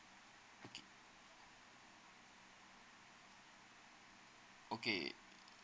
okay